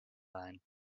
sein